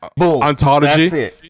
ontology